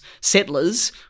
settlers